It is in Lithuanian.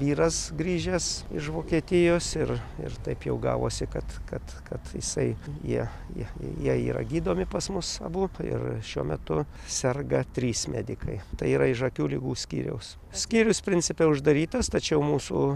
vyras grįžęs iš vokietijos ir ir taip jau gavosi kad kad kad jisai jie jei jie yra gydomi pas mus abu ir šiuo metu serga trys medikai tai yra iš akių ligų skyriaus skyrius principe uždarytas tačiau mūsų